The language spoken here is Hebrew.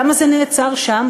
למה זה נעצר שם?